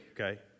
okay